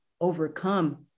overcome